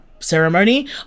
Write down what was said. ceremony